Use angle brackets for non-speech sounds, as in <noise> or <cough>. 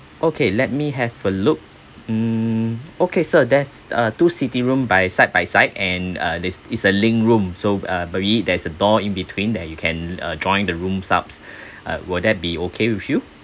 okay let me have a look um okay sir there's a two city room by side by side and uh there's it's a link room so uh normally there's a door in between that you can uh join the rooms up <breath> uh will that be okay with you